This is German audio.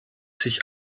sich